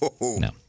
No